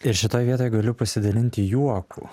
ir šitoj vietoj galiu pasidalinti juoku